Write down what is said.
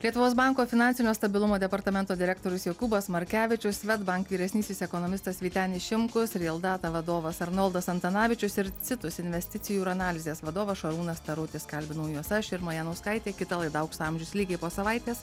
lietuvos banko finansinio stabilumo departamento direktorius jokūbas markevičius swedbank vyresnysis ekonomistas vytenis šimkus real data vadovas arnoldas antanavičius ir citus investicijų ir analizės vadovas šarūnas tarutis kalbinau juos aš irma janauskaitė kita laida aukso amžius lygiai po savaitės